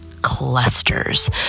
clusters